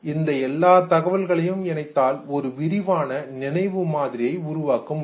இந்த எல்லாத் தகவல்களையும் இணைத்தால் ஒரு விரிவான நினைவு மாதிரியை உருவாக்க முடியும்